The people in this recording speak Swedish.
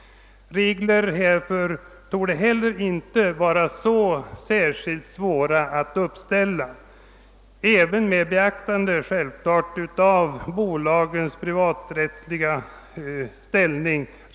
Regler härför torde inte heller vara särskilt svåra att uppställa, även med beaktande av bolagens privaträttsliga ställning.